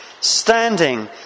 standing